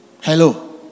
hello